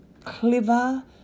Clever